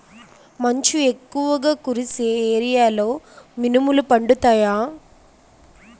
మంచు ఎక్కువుగా కురిసే ఏరియాలో మినుములు పండుతాయా?